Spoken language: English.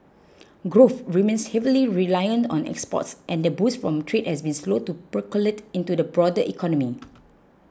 growth remains heavily reliant on exports and the boost from trade has been slow to percolate into the broader economy